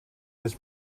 this